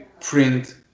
print